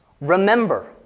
remember